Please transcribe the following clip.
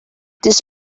this